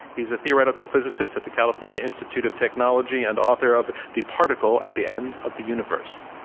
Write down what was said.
he's a theoretical physicist at the california institute of technology and author of, the particle at the end of the universe.